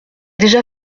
déjà